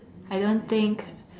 I don't think